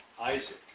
Isaac